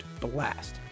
blast